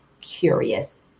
curious